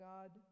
God